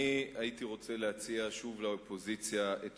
הייתי רוצה להציע שוב לאופוזיציה את